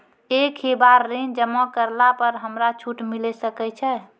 एक ही बार ऋण जमा करला पर हमरा छूट मिले सकय छै?